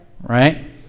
right